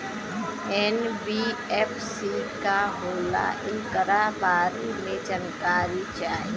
NBFC का होला ऐकरा बारे मे जानकारी चाही?